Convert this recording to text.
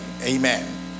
amen